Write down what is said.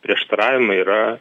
prieštaravimai yra